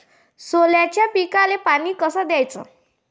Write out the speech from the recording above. सोल्याच्या पिकाले पानी कस द्याचं?